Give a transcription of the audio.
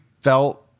felt